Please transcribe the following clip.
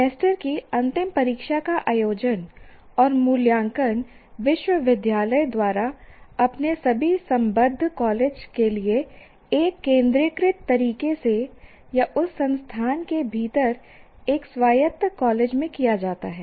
semester की अंतिम परीक्षा का आयोजन और मूल्यांकन विश्वविद्यालय द्वारा अपने सभी संबद्ध कॉलेज के लिए एक केंद्रीयकृत तरीके से या उस संस्थान के भीतर एक स्वायत्त कॉलेज में किया जाता है